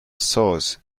source